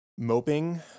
moping